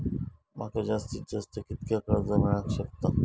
माका जास्तीत जास्त कितक्या कर्ज मेलाक शकता?